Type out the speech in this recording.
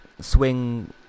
swing